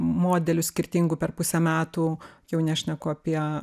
modelių skirtingų per pusę metų jau nešneku apie